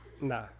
Nah